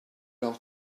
well